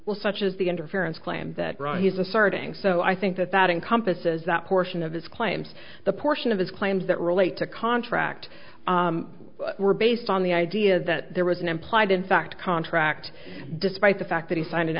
well such is the interference claim that right he's asserting so i think that that encompasses that portion of his claims the portion of his claims that relate to contract were based on the idea that there was an implied in fact a contract despite the fact that he signed it